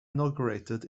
inaugurated